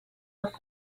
off